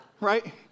right